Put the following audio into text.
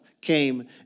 came